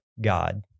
God